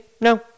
no